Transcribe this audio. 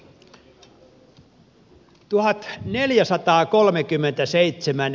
arvoisa puhemies